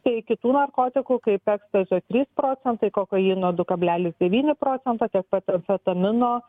tai kitų narkotikų kaip ekstazio trys procentai kokaino du kablelis devyni procento tiek pat amfetamino